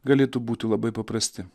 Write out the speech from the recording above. galėtų būti labai paprasti